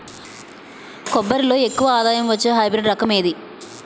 కొబ్బరి లో ఎక్కువ ఆదాయం వచ్చే హైబ్రిడ్ రకం ఏది?